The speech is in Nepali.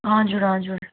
हजुर हजुर